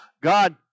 God